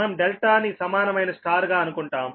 మనం ∆ ని సమానమైన Y గా అనుకుంటాం